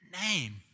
name